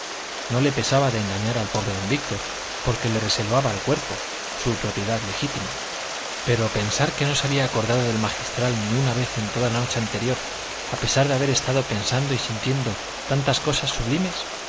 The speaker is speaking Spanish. no le pesaba de engañar al pobre don víctor porque le reservaba el cuerpo su propiedad legítima pero pensar que no se había acordado del magistral ni una vez en toda la noche anterior a pesar de haber estado pensando y sintiendo tantas cosas sublimes